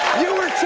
you were